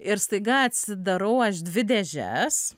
ir staiga atsidarau aš dvi dėžes